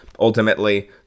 Ultimately